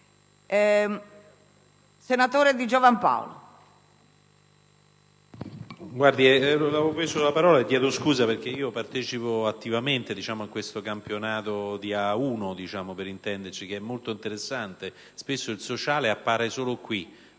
senatori Di Giovan Paolo